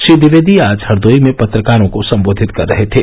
श्री द्विवेदी आज हरदोई में पत्रकारों को संबोधित कर रहे थे